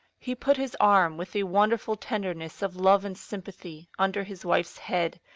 he put his arm, with a wonderful tenderness of love and sympathy, under his wife's head,